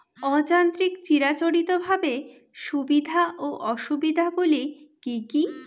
অযান্ত্রিক চিরাচরিতভাবে সুবিধা ও অসুবিধা গুলি কি কি?